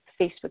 Facebook